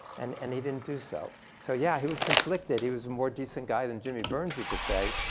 and and he didn't do so. so yeah, he was conflicted. he was a more decent guy than jimmy burns, you could say.